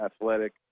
athletic